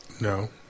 No